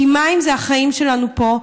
כי מים זה החיים שלנו פה,